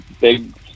big